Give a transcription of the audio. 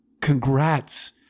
Congrats